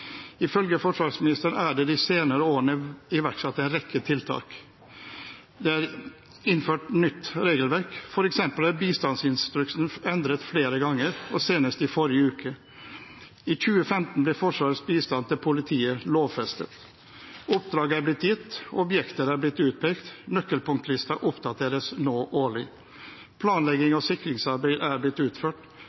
Ifølge forsvarsministeren er det de senere årene iverksatt en rekke tiltak. Det er innført nytt regelverk, f.eks. er bistandsinstruksen endret flere ganger og senest i forrige uke. I 2015 ble Forsvarets bistand til politiet lovfestet. Oppdrag er blitt gitt. Objekter er blitt utpekt. Nøkkelpunktlisten oppdateres nå årlig. Planlegging av sikringsarbeid er blitt utført.